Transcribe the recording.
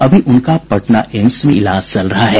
अभी उनका पटना एम्स में इलाज चल रहा है